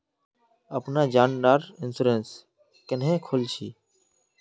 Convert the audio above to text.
अपना जान डार इंश्योरेंस क्नेहे खोल छी?